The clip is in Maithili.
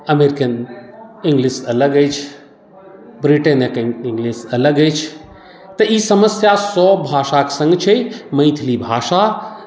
अमेरिकन इंग्लिश अलग अछि ब्रिटेनक इंग्लिश अलग अछि तऽ ई समस्या सभ भाषाक सङ्ग छै मैथिली भाषा